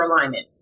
alignment